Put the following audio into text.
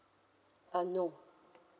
uh no